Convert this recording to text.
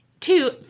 Two